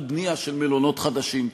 על בנייה של מלונות חדשים,